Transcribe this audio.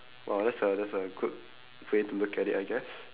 !wow! that's a that's a good way to look at it I guess